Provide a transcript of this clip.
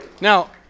Now